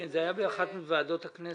זה היה באחת מוועדות הכנסת.